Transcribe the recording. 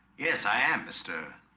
yes, i am mr.